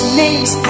names